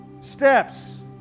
Steps